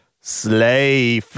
slay